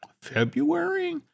February